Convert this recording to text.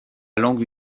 langue